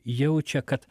jaučia kad